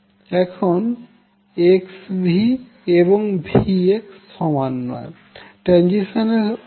এখন xv এবং vx সমান নয়